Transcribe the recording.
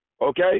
okay